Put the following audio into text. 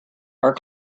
our